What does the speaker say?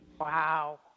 Wow